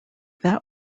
that